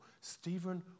Stephen